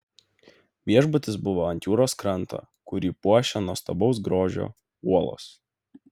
viešbutis buvo ant jūros kranto kurį puošia nuostabaus grožio uolos